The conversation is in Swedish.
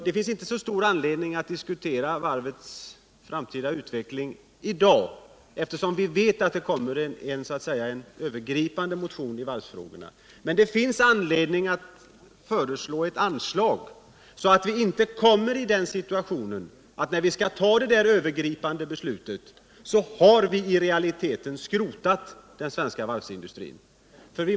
Det finns inte så stor anledning att diskutera varvens framtida utveckling i dag, eftersom vi vet att det kommer en övergripande proposition i varvsfrågorna, men det finns anledning att föreslå ett anslag så att vi inte kommer i den situationen att vi, när vi skall ta det där övergripande beslutet, i realiteten har skrotat den svenska varvsindustrin.